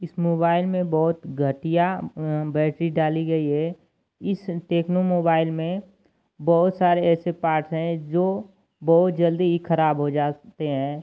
इस मोबाइल में बहोत घटिया बैटरी डाली गई है इस टेक्नो मोबाइल में बहोत सारे ऐसे पार्ट्स इस मोबाइल में बहुत घटिया बैटरी डाली गई है इस टेक्नो मोबाइल में बहुत सारे ऐसे पार्ट्स हैं जो बहुत जल्दी ही खराब हो जाते हैं हैं जो बहोत जल्दी ही खराब हो जाते हैं